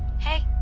hey,